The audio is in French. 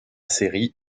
série